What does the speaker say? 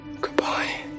Goodbye